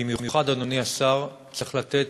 ובמיוחד, אדוני השר, צריך לתת